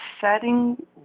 setting